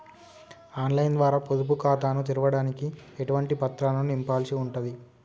On line ద్వారా పొదుపు ఖాతాను తెరవడానికి ఎటువంటి పత్రాలను నింపాల్సి ఉంటది?